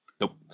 Nope